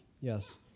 Yes